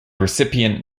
recipient